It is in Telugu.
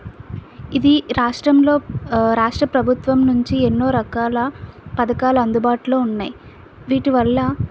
ఇది రాష్ట్రంలో రాష్ట్ర ప్రభుత్వం నుంచి ఎన్నో రకాల పథకాలు అందుబాటులో ఉన్నాయి వీటివల్ల